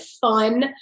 fun